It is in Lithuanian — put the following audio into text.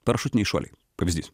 parašiutiniai šuoliai pavyzdys